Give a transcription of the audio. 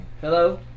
Hello